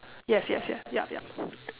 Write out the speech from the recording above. yes yes yes yup yup